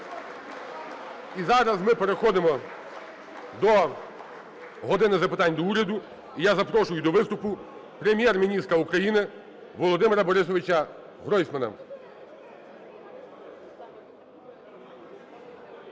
І зараз ми переходимо до "години запитань до Уряду". І я запрошую до виступу Прем'єр-міністра України Володимира Борисовича Гройсмана.